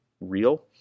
real